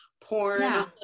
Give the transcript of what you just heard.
porn